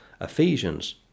Ephesians